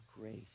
grace